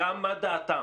-- גם מה דעתם.